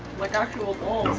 like actual balls,